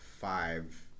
five